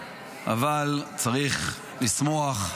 צריך לשמוח,